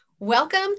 Welcome